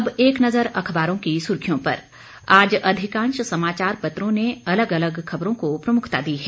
अब एक नजर अखबारों की सुर्खियों पर आज अधिकांश समाचार पत्रों ने अलग अलग खबरों को प्रमुखता दी है